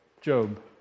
Job